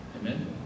Amen